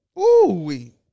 Ooh-wee